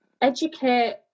educate